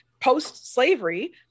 post-slavery